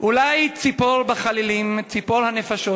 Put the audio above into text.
"אולי ציפור בחלילים / ציפור הנפשות /